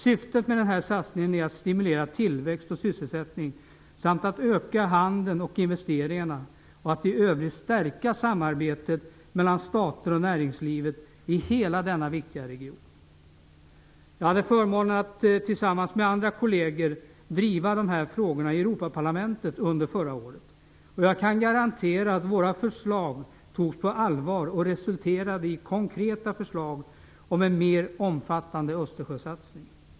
Syftet med satsningen är att stimulera tillväxt och sysselsättning, samt att öka handeln och investeringarna och att i övrigt stärka samarbetet mellan stater och näringslivet i hela denna viktiga region. Jag hade förmånen att tillsammans med andra kolleger driva de här frågorna i Europaparlamentet under förra året. Jag kan garantera att vårt förslag togs på allvar och resulterade i konkreta förslag om en mer omfattande Östersjösatsning.